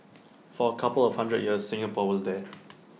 for A couple of hundred years Singapore was there